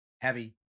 heavy